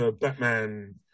Batman